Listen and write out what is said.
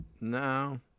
no